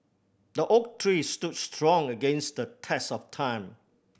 the oak tree stood strong against the test of time